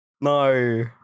No